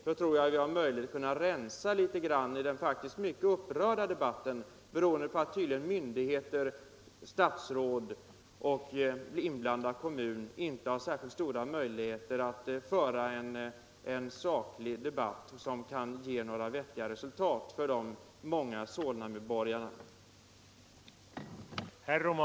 Då tror jag vi har möjlighet att rensa en smula i den faktiskt mycket upprörda debatten — upprörd beroende på att myndigheter, statsråd och inblandad kommun tydligen inte har särskilt stora möjligheter att föra en saklig debatt som kan ge några vettiga resultat för de många Solnamedborgarna.